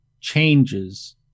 changes